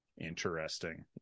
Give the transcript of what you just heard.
Interesting